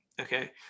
okay